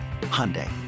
Hyundai